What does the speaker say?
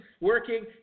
working